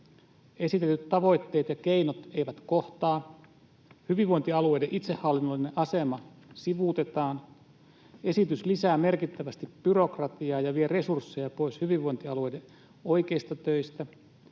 esitetyt tavoitteet ja keinot eivät kohtaa, hyvinvointialueiden itsehallinnollinen asema sivuutetaan, esitys lisää merkittävästi byrokratiaa ja vie resursseja pois hyvinvointialueiden oikeista töistä,